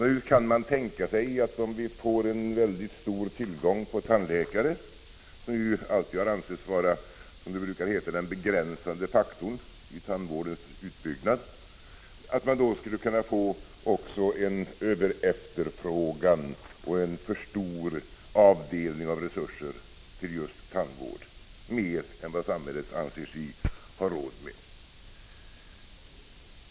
Nu kan man tänka sig, att om vi får en mycket stor tillgång på tandläkare, som ju alltid har ansetts vara den som det brukar heta begränsande faktorn för tandvårdens utbyggnad, skulle det bli en överefterfrågan och en alltför stor avsättning av resurser till just tandvården, mer än vad samhället anser sig ha råd med.